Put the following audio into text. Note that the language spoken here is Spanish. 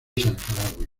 saharaui